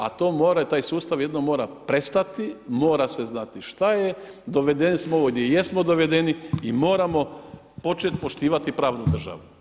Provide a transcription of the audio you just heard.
A to mora, taj sustav jednom mora prestati, mora se znati, šta je, dovedeni smo ovdje gdje jesmo dovedeni i moramo početi poštivati pravnu državu.